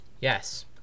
yes